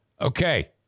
Okay